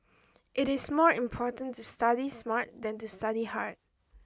it is more important to study smart than to study hard